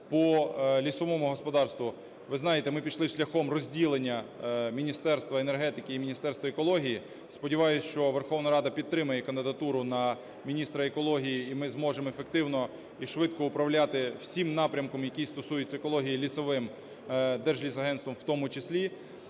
По лісовому господарству, ви знаєте, ми пішли шляхом розділення Міністерства енергетики і Міністерства екології. Сподіваюсь, що Верховна Рада підтримає кандидатуру на міністра екології, і ми зможемо ефективно, і швидко управляти всім напрямком, який стосується екології лісовим, Держлісагентством в тому числі.